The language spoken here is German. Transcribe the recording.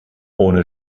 ohne